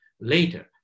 later